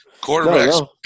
Quarterbacks